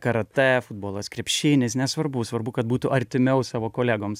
karatė futbolas krepšinis nesvarbu svarbu kad būtų artimiau savo kolegoms